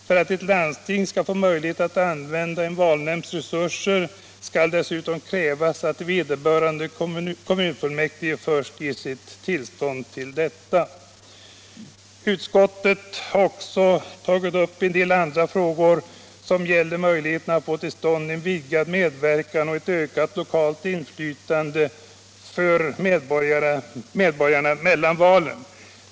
För att ett landsting skall få möjlighet att använda en valnämnds resurser skall dessutom krävas att vederbörande kommunfullmäktige först ger sitt tillstånd till detta. Utskottet har även tagit upp andra frågor som gäller möjligheterna att få till stånd en vidgad medverkan och ett ökat lokalt inflytande för medborgarna mellan valen.